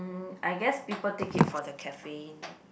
mm I guess people take it for the caffeine